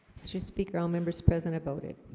mr. speaker all members present about it